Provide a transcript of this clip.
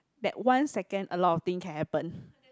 that one second a lot of thing can happen